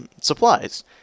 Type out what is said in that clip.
supplies